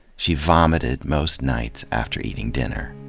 she vomited most nights after eating dinner.